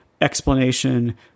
explanation